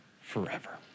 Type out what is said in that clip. forever